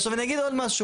עכשיו אני אגיד עוד משהו.